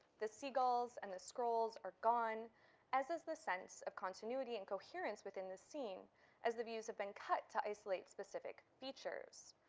the seagulls and the scrolls are gone as as the sense of continuity and coherence within the scene as the views have been cut to isolate specific features.